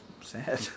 sad